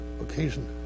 occasion